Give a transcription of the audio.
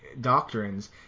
doctrines